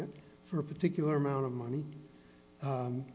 it for a particular amount of money